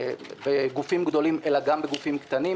בגופים גדולים אלא גם בגופים קטנים,